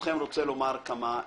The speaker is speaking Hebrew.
ברשותכם, אני רוצה לומר כמה נקודות.